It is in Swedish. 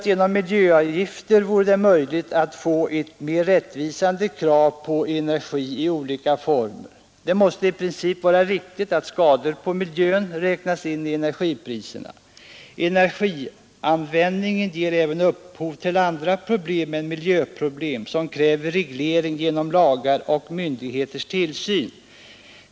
Genom miljöavgifter vore det möjligt att få ett mer rättvisande krav på energi i olika former. Det måste i princip vara riktigt att skador på miljön räknas in i energipriserna. Energianvändningen ger även upphov till andra problem än miljöproblemen som kräver reglering genom lagar och myndigheters tillsyn.